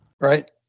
Right